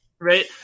right